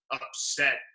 upset